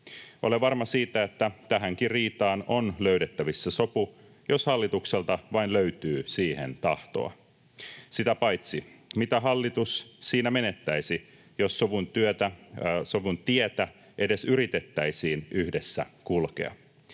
Olen varma siitä, että tähänkin riitaan on löydettävissä sopu, jos hallitukselta vain löytyy siihen tahtoa. Sitä paitsi mitä hallitus siinä menettäisi, jos sovun tietä edes yritettäisiin yhdessä kulkea?